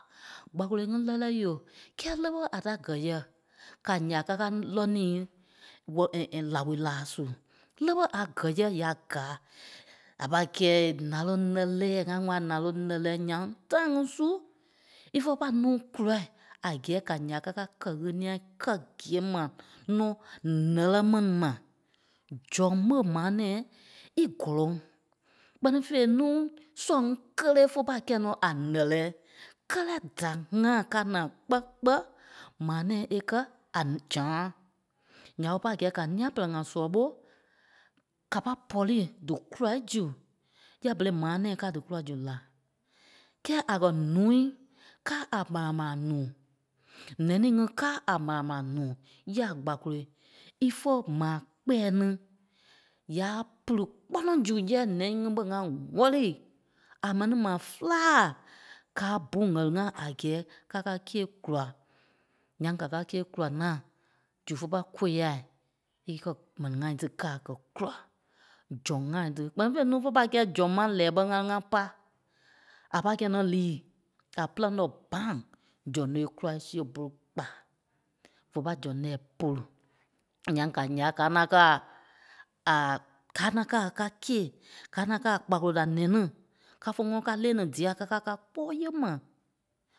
Gbakoloi ŋí lɛ́lɛɛi yo, kɛ́ lé ɓé a ta gɛ̀ yɛ? Ka ǹyaa kákaa lɔ́ niî wɛ- ɛ̀- ɛ̀- ɛ̀ laoi laa su, lé ɓé a gɛ̀ yɛ ya gáa a pâi kɛ́i nàloŋ lɛ́lɛɛi ŋa ŋ̀wɛli a nàloŋ lɛ́lɛɛi, ǹyaŋ tãi ŋí su ífe pâi núu kûlai a gɛ́ɛ ka ǹyaa ká ká kɛ ɣeniɛi kɛ́ gîe ma nɔ́ ǹɛ́lɛ mɛni ma, zɔŋ ɓé maa nɛ̃ɛi í gɔ́lɔŋ. Kpɛ́ni fêi núu sɔŋ kélee fé pâi kɛ́i nɔ́ a ǹɛ́lɛɛ. Kɛ́lɛ, da ŋa káa na kpɛ́, kpɛ́ maa nɛ̃ɛi é kɛ́ a zãa. Ǹya ɓé pâi gɛ̂i ka nîa pɛlɛɛ ŋa sɔlɔ ɓo, ka pâi pɔ̂ri dí kûlai zu yɛ̂ɛ berei maa nɛ̃ɛi ká dú kúla zu lai. Kɛ́, a kɛ̀ ǹúui káa a mãla mãla nuu, nɛnîi ŋí káa a mãla mãla nuu, yái a gbakoloi, ífe maa kpɛ́ɛ ní, yâa pili kpɔ́nɔ zu yɛ̂ ǹɛi ŋí ɓé ŋa ŋ̀wɛ̂li a mɛni maa féla, kâa bu ŋ̀ɛli ŋá a gɛ́ɛ ká kákîe kula. Ǹyaŋ ka kákîe kùla nâa, zu fé pâi kôyaai íkɛ m̀ɛni ŋai tí kaa gɛ́ kula, zɔŋ ŋai tí. Kpɛ́ni fêi núu fé pâi kɛ́i zɔŋ ma lɛɛ ɓɛ́ ŋá lí ŋá pá. À pâi kɛ́i nɔ́ liî, a pîlaŋ nɔ́ bã̂ŋ, zɔŋ tí é kula é sée bôlu kpâ. Vé pâi zɔŋ nɛɛi pôlu, ǹyaŋ ka ǹyaa kaa na kɛ́ a- aa- kaa na kɛ́ a ká kîei, kaa na kɛ́ a kpakolo da nɛnî, ká fé ŋɔ́nɔ ká lee ní dîa, kákaa nâa ká kpɔ́ɔi yee ma.